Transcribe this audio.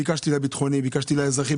ביקשתי לביטחוני, ביקשתי לאזרחי.